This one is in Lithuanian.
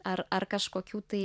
ar ar kažkokių tai